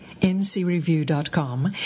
ncreview.com